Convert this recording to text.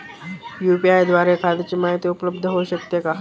UPI द्वारे खात्याची माहिती उपलब्ध होऊ शकते का?